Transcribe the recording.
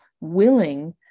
willing